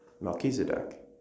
Melchizedek